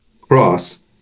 cross